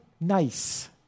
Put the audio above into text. nice